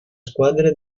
squadra